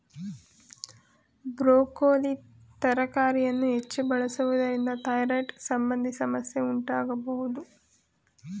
broccoli ತರಕಾರಿಯನ್ನು ಹೆಚ್ಚು ಬಳಸುವುದರಿಂದ ಥೈರಾಯ್ಡ್ ಸಂಬಂಧಿ ಸಮಸ್ಯೆ ಉಂಟಾಗಬೋದು